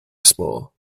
small